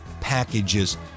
packages